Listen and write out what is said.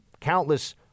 countless